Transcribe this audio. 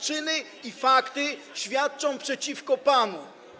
Czyny i fakty świadczą przeciwko panu.